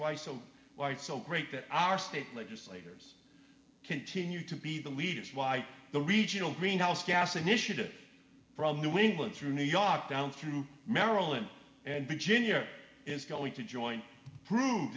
why so why it's so great that our state legislators continue to be the leaders why the regional greenhouse gas initiative from new england through new york down through maryland and virginia is going to join prove